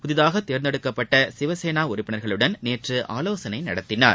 புதிதாக தேர்ந்தெடுக்கப்பட்ட சிவசேனா உறுப்பினர்களுடன் நேற்று ஆலோசனை நடத்தினார்